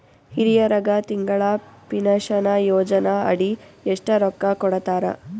ಹಿರಿಯರಗ ತಿಂಗಳ ಪೀನಷನಯೋಜನ ಅಡಿ ಎಷ್ಟ ರೊಕ್ಕ ಕೊಡತಾರ?